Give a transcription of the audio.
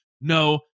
No